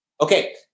Okay